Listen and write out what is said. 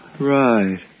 Right